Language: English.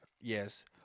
yes